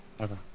Okay